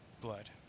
blood